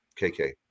kk